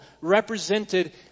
represented